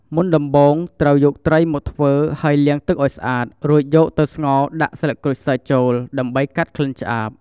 មុនដំបូង ត្រូវយកត្រីមកធ្វើ ហេីយលាងទឹកឲ្យស្អាត រួចយកទៅស្ងោរដាក់ស្លឹកក្រូចសើចចូល ដើម្បីកាត់ក្លិនឆ្អាប។